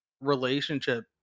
relationship